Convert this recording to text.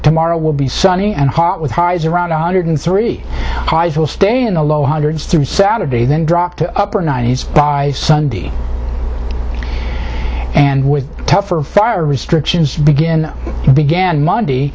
tomorrow will be sunny and hot with highs around one hundred three highs will stay in the low hundreds through saturday then dropped to upper ninety's by sunday and with tougher fire restrictions begin began monday